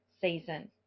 season